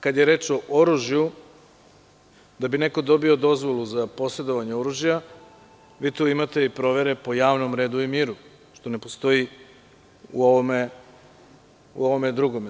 Na primer, kada je reč o oružju, da bi neko dobio dozvolu za posedovanje oružja, vi tu imate i provere po javnom redu i miru, što ne postoji u ovom drugom.